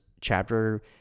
chapter